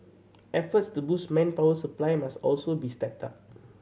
efforts to boost manpower supply must also be stepped up